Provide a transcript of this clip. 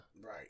Right